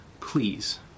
please